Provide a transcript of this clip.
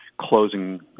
Closing